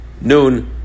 noon